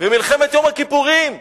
ומלחמת יום הכיפורים,